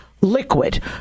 liquid